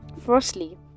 Firstly